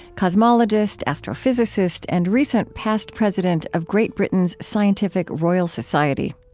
cosmologist, astrophysicist, and recent past president of great britain's scientific royal society.